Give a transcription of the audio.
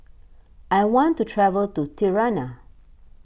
I want to travel to Tirana